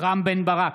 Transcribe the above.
רם בן ברק,